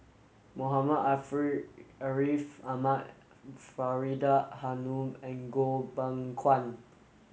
Muhammad Ariff Ahmad Faridah Hanum and Goh Beng Kwan